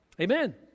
Amen